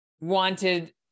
wanted